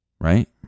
Right